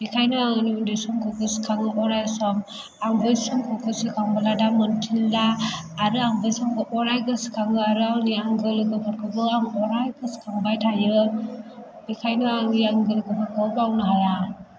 बेनिखायनो आं उन्दै समखौ गोसोखाङो अराय सम आं बै समखौ गोसोखाङोब्ला दा मोनफिनला आरो आं बै समखौ अराय गोसोखाङो आरो आंनि आंगो लोगोफोरखौबो आं अराय गोसोखांबाय थायो बेनिखायनो आंनि आंगो लोगोफोरखौ बावनो हाया